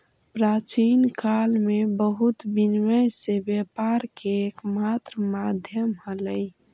प्राचीन काल में वस्तु विनिमय से व्यापार के एकमात्र माध्यम हलइ